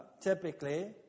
typically